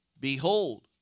Behold